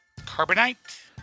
Carbonite